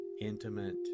intimate